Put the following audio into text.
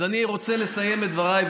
אז אני רוצה לסיים את דבריי,